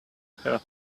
have